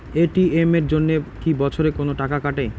ATM এর জন্যে কি বছরে কোনো টাকা কাটে?